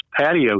patio